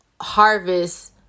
harvest